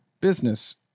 business